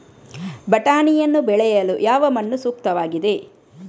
ಬಟಾಣಿಯನ್ನು ಬೆಳೆಯಲು ಯಾವ ಮಣ್ಣು ಸೂಕ್ತವಾಗಿದೆ?